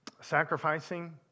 sacrificing